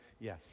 yes